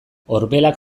orbelak